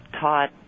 taught